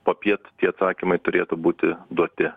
popiet tie atsakymai turėtų būti duoti